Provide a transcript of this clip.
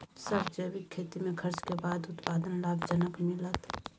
Sir जैविक खेती में खर्च के बाद उत्पादन लाभ जनक मिलत?